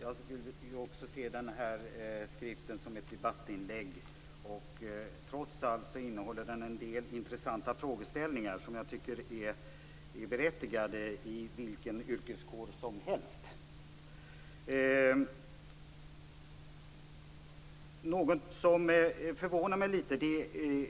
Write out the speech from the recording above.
Herr talman! Jag vill också se skriften som ett debattinlägg. Trots allt innehåller den en del intressanta frågeställningar som jag tycker är berättigade för vilken yrkeskår som helst. Något som förvånar mig litet grand